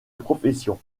profession